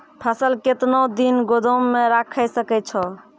फसल केतना दिन गोदाम मे राखै सकै छौ?